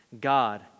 God